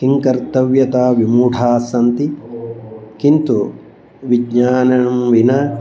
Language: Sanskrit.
किं कर्तव्यता विमूढास्सन्ति किन्तु विज्ञानं विना